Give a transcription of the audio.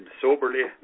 soberly